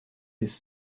his